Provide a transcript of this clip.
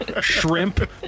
shrimp